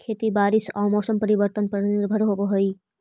खेती बारिश आऊ मौसम परिवर्तन पर निर्भर होव हई